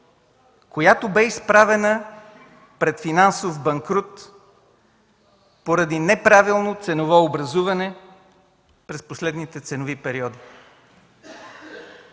която бе изправена пред финансов банкрут поради неправилно ценово образуване през последните ценови периоди.